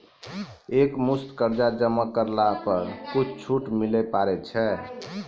एक मुस्त कर्जा जमा करला पर कुछ छुट मिले पारे छै?